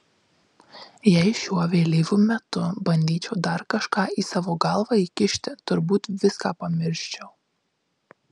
jei šiuo vėlyvu metu bandyčiau dar kažką į savo galvą įkišti turbūt viską pamirščiau